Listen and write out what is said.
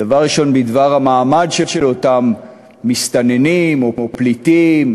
דבר ראשון בדבר המעמד של אותם מסתננים או פליטים.